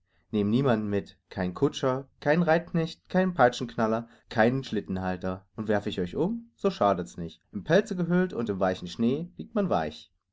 nehmen niemand mit keinen kutscher keinen reitknecht keinen peitschenknaller keinen schlittenhalter und werf ich euch um so schadet's nicht in pelze gehüllt und im weichen schnee liegt man weich